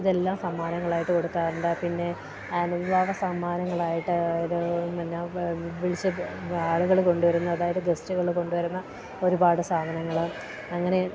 ഇതെല്ലാം സമ്മാനങ്ങളായിട്ട് കൊടുക്കാറുണ്ട് പിന്നെ സമ്മാനങ്ങളായിട്ട് ഇത് പിന്നെ വിളിച്ച ആളുകള് കൊണ്ടുവരുന്നത് അതായത് ഗസ്റ്റുകള് കൊണ്ടുവരുന്ന ഒരുപാട് സാധനങ്ങള് അങ്ങനെ